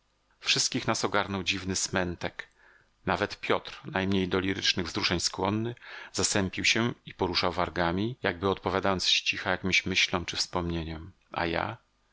wszystkich nas ogarnął dziwny smętek nawet piotr najmniej do lirycznych wzruszeń skłonny zasępił się i poruszał wargami jakby odpowiadając z cicha jakimś myślom czy wspomnieniom a ja